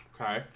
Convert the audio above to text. Okay